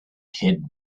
hid